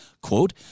Quote